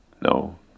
No